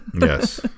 Yes